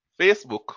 Facebook